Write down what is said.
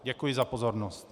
Děkuji za pozornost.